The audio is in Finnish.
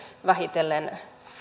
vähitellen